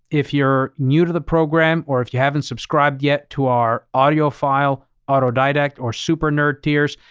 if you're new to the program or if you haven't subscribed yet to our audiophile, autodidact, or super nerd tiers,